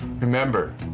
Remember